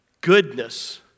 goodness